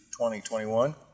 2021